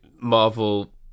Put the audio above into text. Marvel